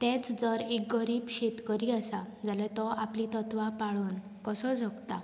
तेंच जर एक गरीब शेतकरी आसा जाल्यार तो आपलीं तत्वां पाळून कसो जगता